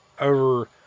over